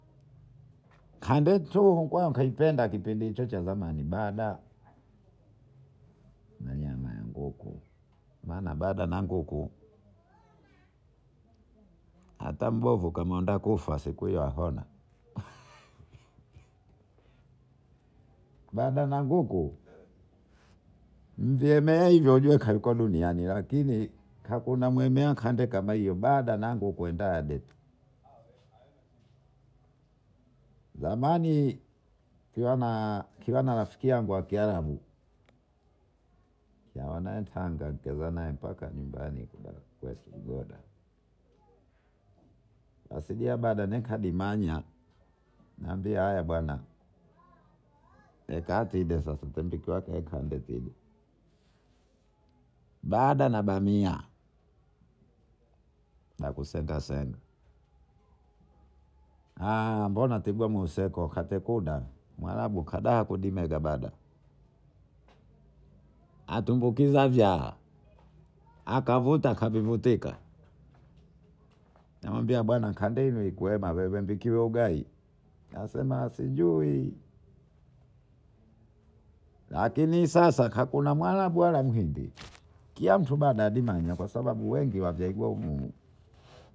Kandetu gwakaipenda kipindi hicho cha zamani bada na nyama ya nguku maana bada na nguku hata mbovu unataka kufa sikuhiyoaona Bada na nguku mjemeeivyo ujeekaikoduniani zamani nikiwanaarafikiangu kiarabu kiwanayetanga kazanaetanga mbaka nyumbani kwetu lugoda asidebaja deka lumanya bada na bamia nakusengasenga mbona timbua msenga katekunga atumbukiza akavutakavivutika namwambia bwana kandima ukwema kandevikwai asema sijui lakinisasa hakuna mwarabu wala muhindi kila mtu badadimanya kwasababu wengi wazaliwa humuhumu